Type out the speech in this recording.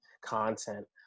content